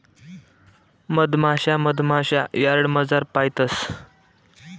मधमाशा मधमाशा यार्डमझार पायतंस